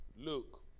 Look